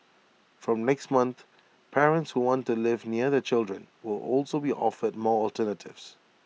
from next month parents who want to live near their children will also be offered more alternatives